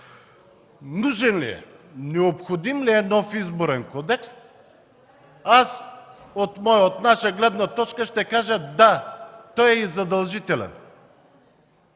нужен ли е, необходим ли е нов Изборен кодекс. От моя, от наша гледна точка ще кажа – да, той е задължителен.